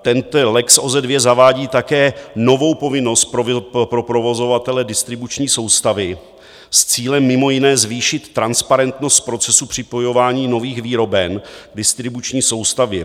Tento lex OZE II zavádí také novou povinnost pro provozovatele distribuční soustavy s cílem mimo jiné zvýšit transparentnost procesu připojování nových výroben k distribuční soustavě.